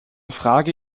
frage